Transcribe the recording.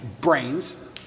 brains